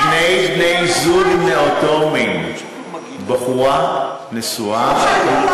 שני בני-זוג מאותו מין, בחורה נשואה, למה שהגבר,